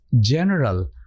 general